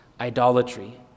idolatry